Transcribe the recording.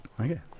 Okay